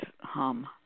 hum